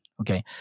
Okay